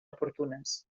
oportunes